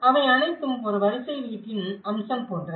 அவை அனைத்தும் ஒரு வரிசை வீட்டின் அம்சம் போன்றவை